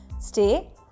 stay